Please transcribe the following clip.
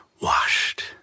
washed